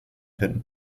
dritten